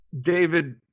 david